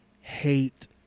hate